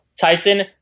Tyson